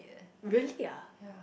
really ah